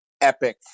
epic